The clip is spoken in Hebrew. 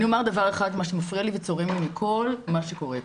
אני אומר דבר אחד שמפריע לי וצורם לי מכל מה שקורה פה,